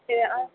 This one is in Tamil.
சரி ஆ